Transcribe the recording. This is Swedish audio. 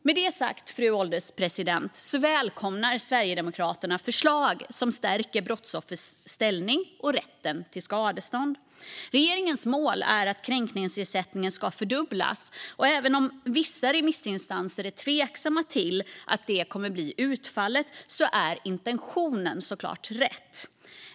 Med det sagt, fru ålderspresident, välkomnar Sverigedemokraterna förslag som stärker brottsoffers ställning och rätten till skadestånd. Regeringens mål är att kränkningsersättningen ska fördubblas. Även om vissa remissinstanser är tveksamma till att detta kommer att bli utfallet är intentionen såklart rätt.